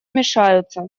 мешаются